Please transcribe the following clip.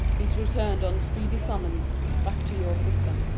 he's return'd on speedy summons back to your sister.